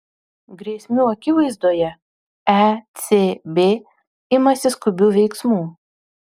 grėsmių akivaizdoje ecb imasi skubių veiksmų